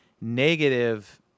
negative